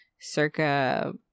circa